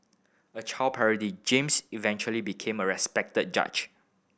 a child James eventually became a respected judge